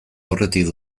aurretik